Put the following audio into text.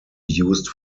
used